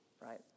right